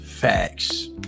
facts